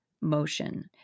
motion